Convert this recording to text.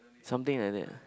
something like that